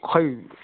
खै